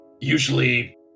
usually